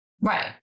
Right